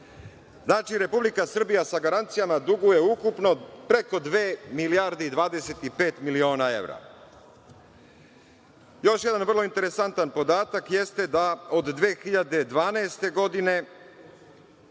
Znači, Republika Srbija sa garancijama duguje ukupno preko 2,25 milijardi evra. Još jedan vrlo interesantan podatak jeste da od 2012. godine